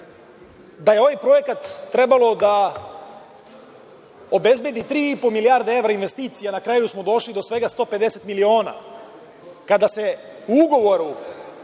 da je ovaj projekat trebalo da obezbedi tri i po milijarde evra investicija, na kraju smo došli do svega 150 miliona. Kada se u ugovoru